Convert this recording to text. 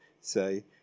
Say